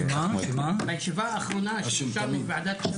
בישיבה האחרונה שאישרנו בוועדת כספים